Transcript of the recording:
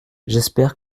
j’espère